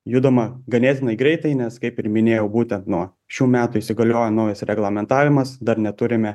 judama ganėtinai greitai nes kaip ir minėjau būtent nuo šių metų įsigaliojo naujas reglamentavimas dar neturime